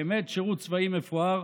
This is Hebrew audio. באמת שירות צבאי מפואר,